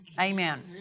Amen